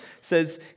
says